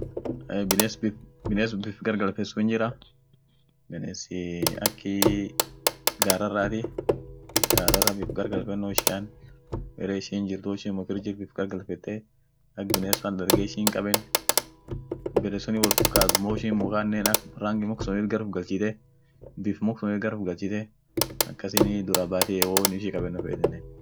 Biness biff, biness biff gargalfet sun hinjirah, binesii akii gararaati, gararra biff gargalfeno ishian, bere ishin jirt juu ishin mukkir jirt biff gargalfete ak binessin ishi darge hinkaben, bere sunin wol fokaat, woishin mukannen ak rangi muk suniit gar uf galchite biff muk suni gar uff galchite akasinii dura baati wo-won ishi kabenno fetinen.